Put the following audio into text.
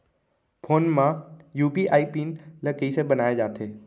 Phone म UPI PIN ल कइसे बनाये जाथे?